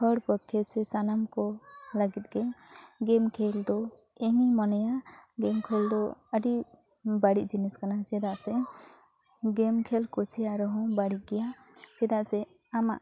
ᱦᱚᱲ ᱯᱚᱠᱠᱷᱮ ᱥᱮ ᱥᱟᱱᱟᱢ ᱠᱚ ᱞᱟᱜᱤᱫ ᱜᱮ ᱜᱮᱢ ᱠᱷᱮᱞ ᱫᱚ ᱤᱧᱤᱧ ᱢᱚᱱᱮᱭᱟ ᱜᱮᱢ ᱠᱷᱮᱞᱫᱚ ᱟ ᱰᱤ ᱵᱟ ᱲᱤᱡ ᱡᱤᱱᱤᱥ ᱠᱟᱱᱟ ᱪᱮᱫᱟᱜ ᱥᱮ ᱜᱮᱢ ᱠᱷᱮᱞ ᱠᱩᱥᱤ ᱟᱨᱦᱚᱸ ᱵᱟᱹᱲᱤᱡ ᱜᱮᱭᱟ ᱪᱮᱫᱟᱜ ᱥᱮ ᱟᱢᱟᱜ